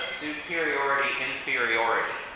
superiority-inferiority